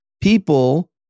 people